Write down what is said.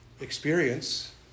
experience